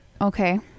Okay